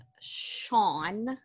Sean